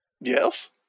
Yes